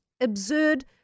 absurd